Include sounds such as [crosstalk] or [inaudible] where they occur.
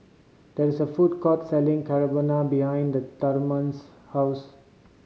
there is a food court selling [unintelligible] behind the Thurman's house